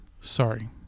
sorry